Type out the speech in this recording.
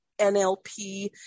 nlp